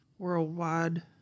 worldwide